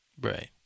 Right